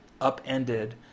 upended